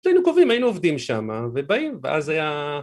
‫היינו קובעים, היינו עובדים שם ובאים, ‫אז היה...